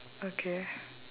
okay